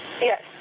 Yes